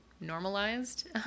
normalized